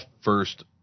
first